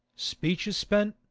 speeches, spent,